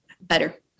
better